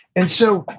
and so,